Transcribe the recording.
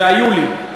והיו לי,